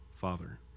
Father